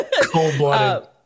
Cold-blooded